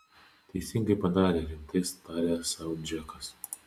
teisingai padarė rimtai tarė sau džekas